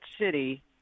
city